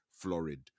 florid